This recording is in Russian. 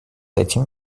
этим